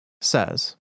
says